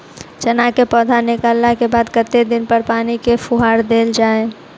चना केँ पौधा निकलला केँ बाद कत्ते दिन पर पानि केँ फुहार देल जाएँ?